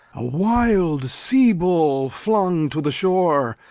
a wild sea-bull flung to the shore,